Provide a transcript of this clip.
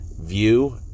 view